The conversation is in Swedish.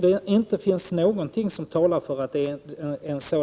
Det finns inte någonting som talar för att det är så.